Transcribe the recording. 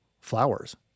flowers